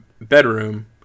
bedroom